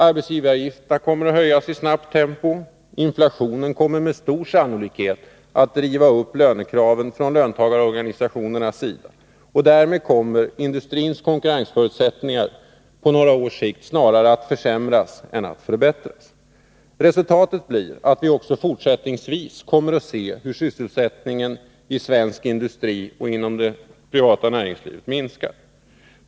Arbetsgivaravgifterna kommer att höjas i snabbt tempo, inflationen kommer med stor sannolikhet att driva upp lönekraven från löntagarorganisationernas sida, och därmed kommer industrins konkurrensförutsättningar på några års sikt snarare att försämras än att förbättras. Resultatet blir att vi också fortsättningsvis kommer att få se hur sysselsättningen i svensk industri och inom det privata näringslivet minskar.